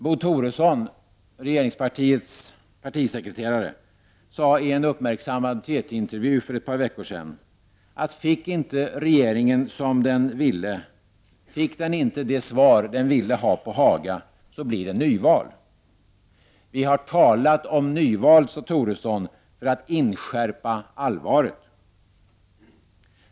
Bo Toresson, regeringspartiets partisekreterare, sade i en uppmärksammad TT-intervju för ett par veckor sedan att om inte regeringen fick de svar den ville ha på Haga, skulle det bli nyval. Vi har talat om nyval, sade Toresson, för att inskärpa allvaret.